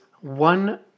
one